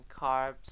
carbs